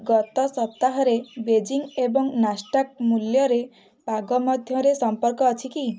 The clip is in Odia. ଗତ ସପ୍ତାହରେ ବେଜିଂ ଏବଂ ନାସ୍ଟାକ୍ ମୂଲ୍ୟରେ ପାଗ ମଧ୍ୟରେ ସମ୍ପର୍କ ଅଛି କି